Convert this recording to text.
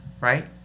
right